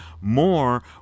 more